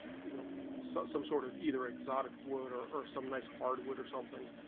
you know so some sort of either exotic water are some nice hardwood are something